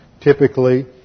typically